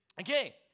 Okay